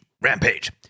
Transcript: Rampage